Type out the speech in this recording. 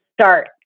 start